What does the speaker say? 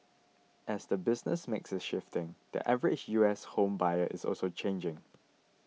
as the business mix is shifting the average U S home buyer is also changing